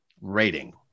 rating